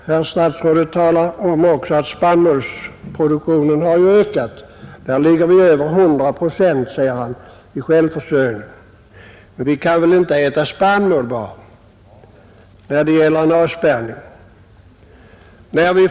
Jordbruksministern talade vidare om att spannmålsproduktionen har ökat; där ligger vi nu över 100 procent i självförsörjning, sade han. Men under en avspärrning kan vi väl inte bara äta spannmål.